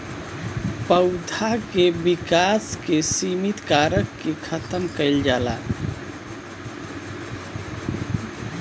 पौधा के विकास के सिमित कारक के खतम कईल जाला